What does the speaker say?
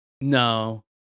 No